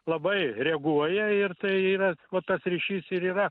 labai reaguoja ir tai yra va tas ryšys ir yra